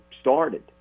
started